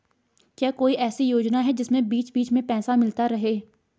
क्या कोई ऐसी योजना है जिसमें बीच बीच में पैसा मिलता रहे?